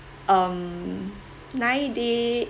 um nine day